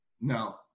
No